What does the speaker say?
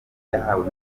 yahawe